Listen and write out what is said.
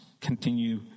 continue